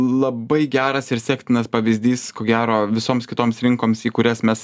labai geras ir sektinas pavyzdys ko gero visoms kitoms rinkoms į kurias mes